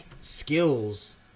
skills